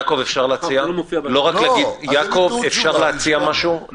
יעקב, אפשר להציע משהו?